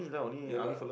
ya lah